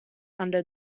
under